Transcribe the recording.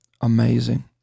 Amazing